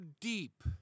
deep